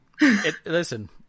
Listen